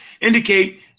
indicate